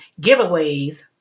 giveaways